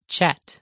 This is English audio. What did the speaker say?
Chat